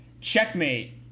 checkmate